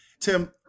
Tim